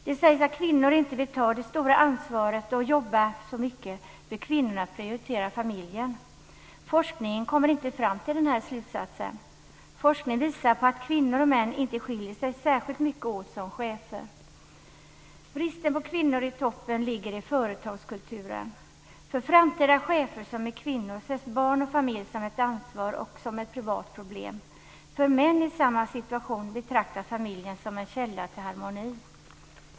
Det sägs att kvinnor inte vill ta det stora ansvaret och jobba så mycket, för kvinnorna prioriterar familjen. Forskningen kommer inte fram till denna slutsats. Forskning visar på att kvinnor och män inte skiljer sig särskilt mycket åt som chefer. Orsaken till bristen på kvinnor i toppen ligger i företagskulturen. För framtida chefer som är kvinnor ses barn och familj som ett ansvar och som ett privat problem. För män i samma situation betraktas familjen som en källa till harmoni.